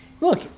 look